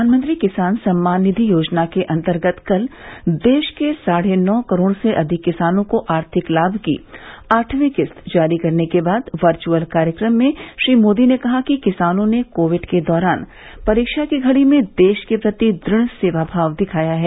प्रधानमंत्री किसान सम्मान निधि योजना के अन्तर्गत कल देश के साढ़े नौ करोड़ से अधिक किसानों को आर्थिक लाभ की आठवीं किस्त जारी करने के बाद वर्चअल कार्यक्रम में श्री मोदी ने कहा कि किसानों ने कोविड के दौरान परीक्षा की घडी में देश के प्रति दृढ़ सेवा भाव दिखाया है